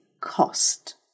cost